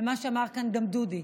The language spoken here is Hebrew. ובמה שאמר כאן גם דודי.